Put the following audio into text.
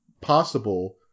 possible